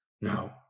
No